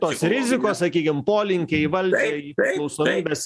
tos rizikos sakykim polinkiai valdžiai priklausomybės